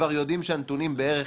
כבר יודעים שהנתונים בערך